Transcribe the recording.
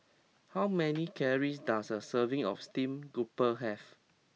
how many calories does a serving of steamed grouper have